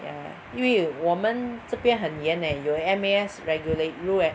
ya 因为我们这边很严 leh 有 M_A_S regulate rule eh